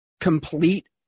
complete